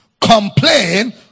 complain